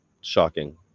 shocking